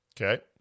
Okay